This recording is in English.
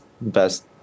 best